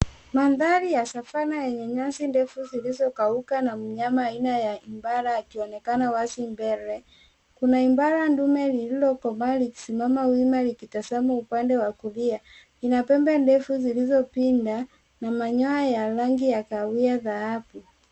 Mandhari ya Savana yenye nyasi ndefu zilizokauka na mnyama aina ya impala akionekana wazi mbele. Kuna impala ndume lililokomaa likisimama wima likitazama upande wa kulia. Ina pembe ndefu zilizopinda na manyoya ya rangi ya kahawia dhahabu.